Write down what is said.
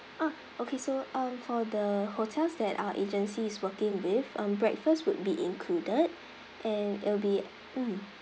ah okay so um for the hotels that our agency is working with um breakfast would be included and it'll be mm